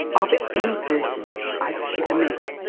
of any person i've ever met,